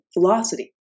velocity